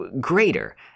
greater